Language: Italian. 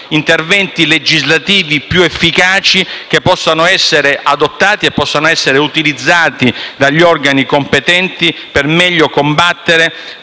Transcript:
interventi legislativi più efficaci, che possano essere adottati e utilizzati dagli organi competenti per combattere